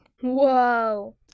Whoa